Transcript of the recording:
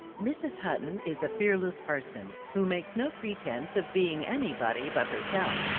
mrs. hutton is a fearless person, who makes no pretense of being anybody but herself.